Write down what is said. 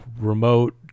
remote